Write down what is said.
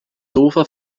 sofa